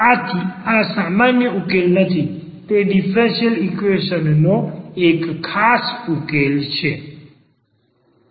આથિ આ સામાન્ય ઉકેલ નથી તે ડીફરન્સીયલ ઈક્વેશન નો એક ખાસ ઉકેલ છે